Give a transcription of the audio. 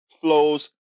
flows